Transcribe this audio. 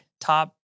top